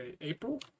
April